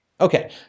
Okay